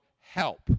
help